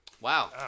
Wow